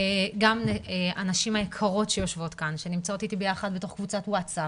גם הנשים היקרות שיושבות כאן שנמצאות איתי ביחד בתוך קבוצת "ווטסאפ",